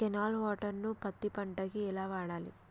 Canal water ను పత్తి పంట కి ఎలా వాడాలి?